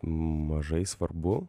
mažai svarbu